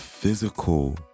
physical